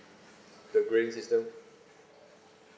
the grading system